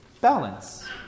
Balance